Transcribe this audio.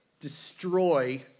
destroy